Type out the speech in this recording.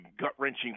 gut-wrenching